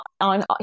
on